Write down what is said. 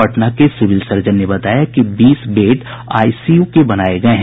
पटना के civil surgeon ने बताया कि इसमें बीस बेड आईसीयू के बनाये गये हैं